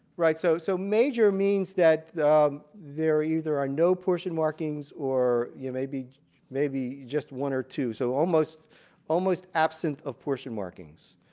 so so major means that there either are no portion markings or yeah maybe maybe just one or two. so almost almost absent of portion markings.